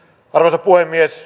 arvoisa puhemies